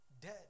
dead